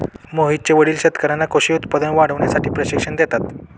मोहितचे वडील शेतकर्यांना कृषी उत्पादन वाढवण्यासाठी प्रशिक्षण देतात